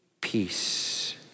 peace